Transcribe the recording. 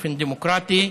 באופן דמוקרטי.